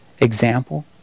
example